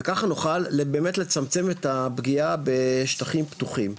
וככה נוכל באמת לצמצם את הפגיעה בשטחים פתוחים.